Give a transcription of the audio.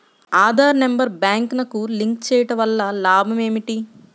Aadhaar number బ్యాంక్నకు link చేయుటవల్ల లాభం ఏమిటి?